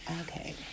Okay